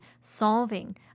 solving